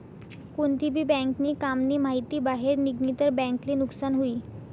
कोणती भी बँक नी काम नी माहिती बाहेर निगनी तर बँक ले नुकसान हुई